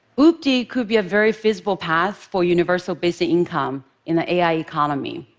ubdi could be a very feasible path for universal basic income in the ai economy.